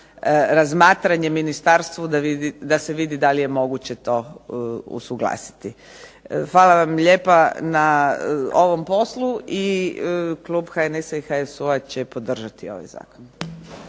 razmatranje ministarstvu, da se vidi da li je moguće to usuglasiti. Hvala vam lijepa na ovom poslu, i klub HNS-a i HSU-a će podržati ovaj zakon.